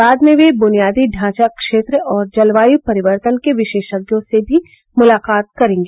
बाद में वे बुनियादी ढांचा क्षेत्र और जलवाय परिवर्तन के विशेषज्ञों से भी मुलाकात करेंगी